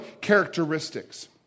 characteristics